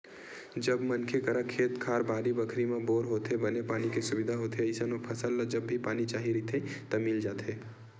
जब मनखे करा खेत खार, बाड़ी बखरी म बोर होथे, बने पानी के सुबिधा होथे अइसन म फसल ल जब भी पानी चाही रहिथे त मिल जाथे